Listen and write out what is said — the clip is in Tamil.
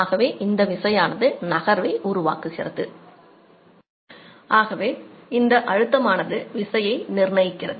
ஆகவே இந்த அழுத்தமானது நிர்ணயிக்கிறது